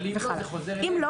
אם לא,